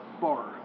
bar